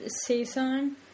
season